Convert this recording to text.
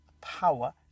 power